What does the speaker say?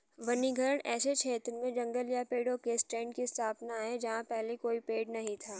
वनीकरण ऐसे क्षेत्र में जंगल या पेड़ों के स्टैंड की स्थापना है जहां पहले कोई पेड़ नहीं था